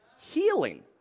Healing